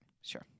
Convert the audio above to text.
Sure